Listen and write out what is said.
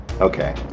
okay